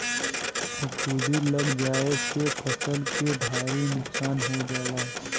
फफूंदी लग जाये से फसल के भारी नुकसान हो जाला